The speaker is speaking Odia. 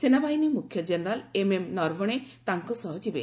ସେନାବାହିନୀ ମୁଖ୍ୟ ଜେନେରାଲ୍ ଏମ୍ଏମ୍ ନରବଣେ ତାଙ୍କ ସହ ଯିବେ